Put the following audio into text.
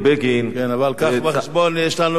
אבל קח בחשבון שיש לנו את חוג המקרא.